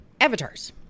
avatars